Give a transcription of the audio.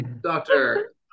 Doctor